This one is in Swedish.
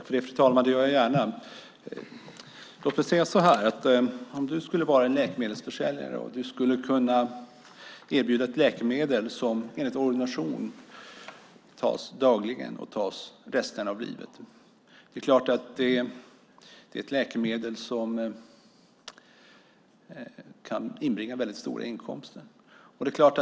Fru talman! Det gör jag gärna. Om en läkemedelsförsäljare kan erbjuda ett läkemedel som enligt ordination tas dagligen resten av livet handlar det om ett läkemedel som kan inbringa väldigt stora inkomster.